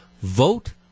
vote